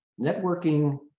networking